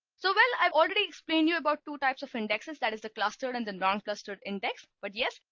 so well, i've already explained you about two types of indexes that is the clustered and the non-clustered index but yes,